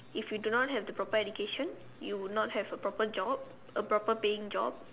if you do not have the proper education you would not have a proper job a proper paying job